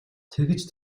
тэгж